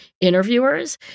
interviewers